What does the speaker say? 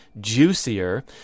juicier